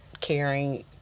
caring